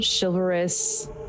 chivalrous